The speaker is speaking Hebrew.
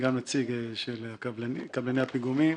גם נציג של קבלני הפיגומים.